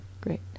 great